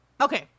Okay